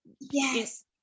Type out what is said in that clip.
Yes